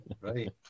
Right